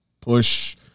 push